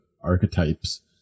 archetypes